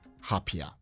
happier